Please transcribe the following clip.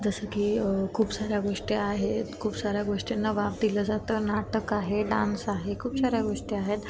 जसं की खूप साऱ्या गोष्टी आहेत खूप साऱ्या गोष्टींना वाव दिलं जातं नाटक आहे डान्स आहे खूप साऱ्या गोष्टी आहेत